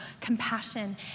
compassion